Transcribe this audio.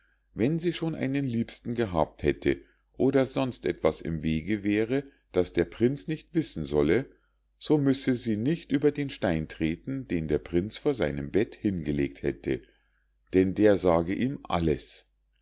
wenn sie schon einen liebsten gehabt hätte oder sonst etwas im wege wäre das der prinz nicht wissen solle so müsse sie nicht über den stein treten den der prinz vor sein bett hingelegt hätte denn der sage ihm alles